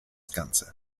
ganze